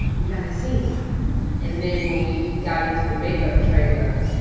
we got a scene and then when we got into the makeup trailer,